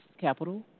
Capital